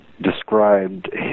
described